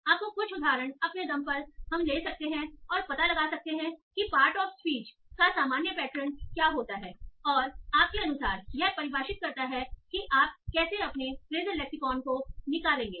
आप कुछ उदाहरण अपने दम पर ले सकते हैं और पता लगा सकते हैं कि पार्ट ऑफ स्पीच का सामान्य पैटर्न क्या होता है और आपके अनुसार यह परिभाषित करता है कि आप कैसे अपने फ्रेसएल लेक्सीकौन को निकालेंगे